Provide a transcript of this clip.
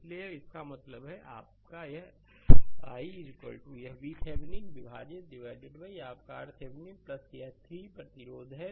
इसलिए इसका मतलब है आपका i यहVThevenin विभाजित है आपका RThevenin यह 3 Ω प्रतिरोध है